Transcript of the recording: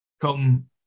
come